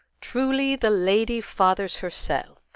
truly the lady fathers herself.